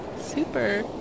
Super